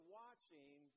watching